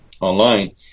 online